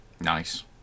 Nice